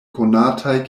konataj